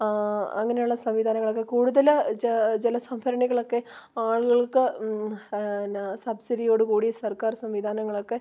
ആ അങ്ങനെയുള്ള സംവിധാനങ്ങളൊക്കെ കൂടുതൽ ജല സംഭരണികളൊക്കെ ആളുകൾക്ക് എന്നാ സബ്സിഡിയോടു കൂടി സർക്കാർ സംവിധാനങ്ങളൊക്കെ